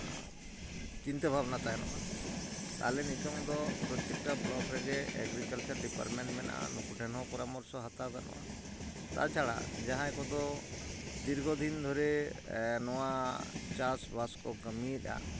ᱪᱤᱱᱛᱟᱹ ᱵᱷᱟᱵᱽᱱᱟ ᱛᱟᱦᱮᱱᱚᱜᱼᱟ ᱛᱟᱦᱚᱞᱮ ᱱᱤᱛᱚᱝ ᱫᱚ ᱯᱨᱚᱛᱮᱠᱴᱟ ᱵᱞᱚᱠ ᱨᱮᱜᱮ ᱮᱜᱽᱨᱤᱠᱟᱞᱪᱟᱨ ᱰᱤᱯᱟᱨᱴᱢᱮᱱᱴ ᱢᱮᱱᱟᱜᱼᱟ ᱱᱩᱠᱩ ᱴᱷᱮᱱ ᱦᱚᱸ ᱯᱚᱨᱟᱢᱚᱨᱥᱚ ᱜᱟᱱᱚᱜᱼᱟ ᱛᱟᱪᱷᱟᱲᱟ ᱡᱟᱦᱟᱸᱭ ᱠᱚᱫᱚ ᱫᱤᱨᱜᱷᱚ ᱫᱤᱱ ᱫᱷᱚᱨᱮ ᱱᱚᱣᱟ ᱪᱟᱥᱼᱵᱟᱥ ᱠᱚ ᱠᱟᱹᱢᱤᱭᱮᱫᱟ